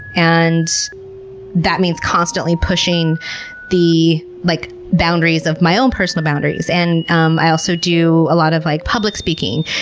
and that means constantly pushing the like boundaries of my own personal boundaries. and um i also do a lot of like public speaking,